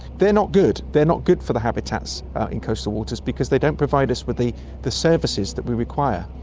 they're not good, they're not good for the habitats in coastal waters because they don't provide us with the the services that we require.